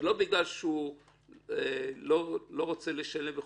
זה לא בגלל שהוא לא רוצה לשלם,